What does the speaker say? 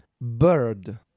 Bird